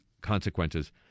consequences